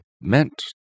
meant